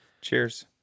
Cheers